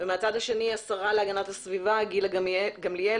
ומהצב הזה פנתה השרה להגנת הסביבה גילה גמליאל